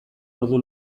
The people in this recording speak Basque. ordu